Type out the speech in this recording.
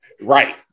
right